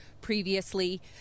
previously